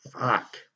Fuck